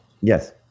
Yes